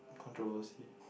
controversy